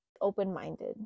open-minded